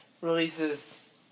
releases